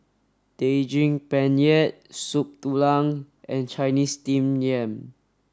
Daging Penyet Soup Tulang and Chinese Steamed Yam